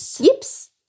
Yips